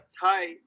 tight